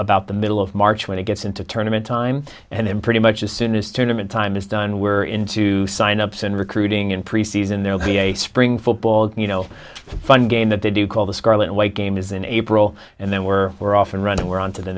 about the middle march when it gets into tournaments time and then pretty much as soon as tournament time is done we're into sign ups and recruiting and pre season there will be a spring football you know for fun game that they do call the scarlet and white game is in april and then we're we're off and running we're on to the